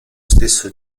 stesso